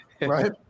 Right